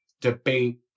debate